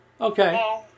okay